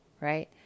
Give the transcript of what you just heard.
Right